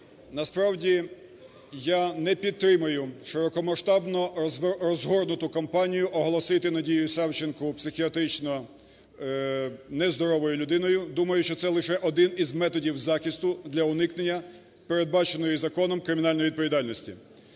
Насправді, я не підтримую широкомасштабну розгорнуту кампанію оголосити Надію Савченко психіатрично нездоровою людиною. Думаю, що це лише один із методів захисту для уникнення передбаченої законом кримінальної відповідальності,